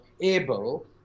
able